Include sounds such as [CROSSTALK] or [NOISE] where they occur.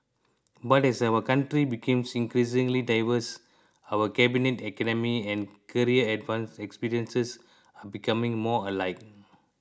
but as our country becomes increasingly diverse our cabinet academic and career [UNINTELLIGIBLE] experiences becoming more alike